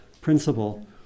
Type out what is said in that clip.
principle